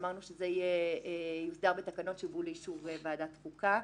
אמרנו שזה יוסדר בתקנות שיובאו לאישור בוועדת חוקה.